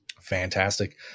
Fantastic